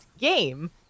game